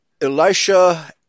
Elisha